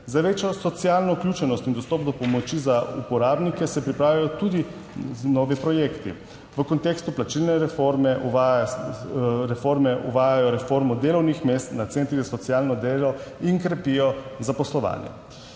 Za večjo socialno vključenost in dostop do pomoči za uporabnike se pripravljajo tudi novi projekti. V kontekstu plačilne reforme uvajajo reformo delovnih mest na centrih za socialno delo in krepijo zaposlovanje.